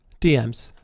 DMs